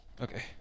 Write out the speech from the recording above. okay